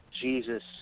Jesus